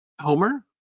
Homer